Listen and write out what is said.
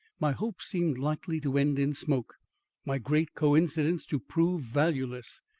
my hopes seemed likely to end in smoke my great coincidence to prove valueless.